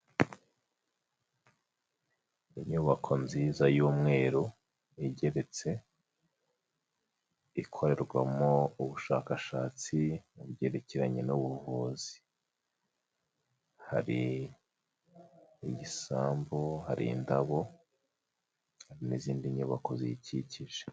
Inyubako nziza y'umweru igeretse, ikorerwamo ubushakashatsi mu byerekeranye n'ubuvuzi, hari igisambu, hari indabo, hari n'izindi nyubako ziyikikije.